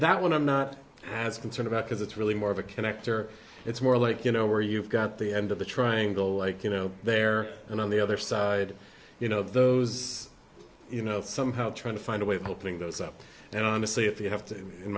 that one i'm not as concerned about because it's really more of a connector it's more like you know where you've got the end of the triangle like you know there and on the other side you know of those you know somehow trying to find a way of helping those up and honestly if you have to